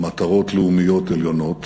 מטרות לאומיות עליונות.